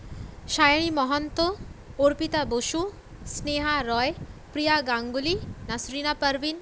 Sairi Mahanta Arpita Basu Sneha Roy Priya Ganguly Nasrina Parvin